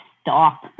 stop